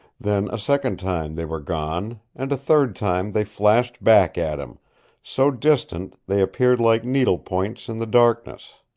then a second time they were gone, and a third time they flashed back at him so distant they appeared like needle-points in the darkness.